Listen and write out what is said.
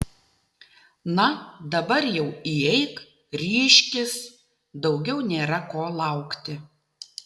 na dabar jau įeik ryžkis daugiau nėra ko laukti